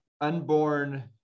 unborn